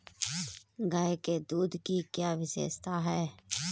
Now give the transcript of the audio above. गाय के दूध की क्या विशेषता है?